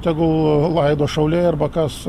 tegu laido šauliai arba kas